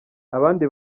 abandi